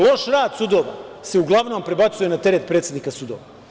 Loš rad sudova se uglavnom prebacuje na teret predsednika sudova.